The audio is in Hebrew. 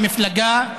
למפלגה,